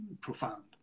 profound